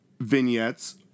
vignettes